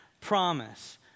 promise